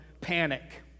panic